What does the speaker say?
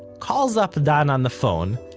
calls up dan on the phone,